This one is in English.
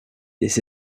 this